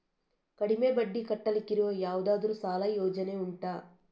ಕಡಿಮೆ ಬಡ್ಡಿ ಕಟ್ಟಲಿಕ್ಕಿರುವ ಯಾವುದಾದರೂ ಸಾಲ ಯೋಜನೆ ಉಂಟಾ